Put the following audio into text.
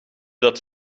dat